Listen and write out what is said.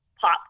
pop